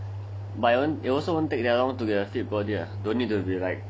but it wont it also wont take long to get a fit body lah dont need to be like